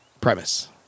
premise